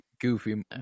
Goofy